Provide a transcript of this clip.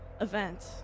event